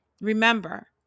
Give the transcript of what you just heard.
Remember